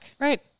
Right